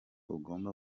ugomba